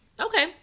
Okay